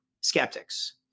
skeptics